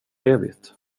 evigt